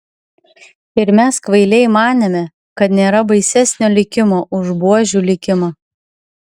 ir mes kvailiai manėme kad nėra baisesnio likimo už buožių likimą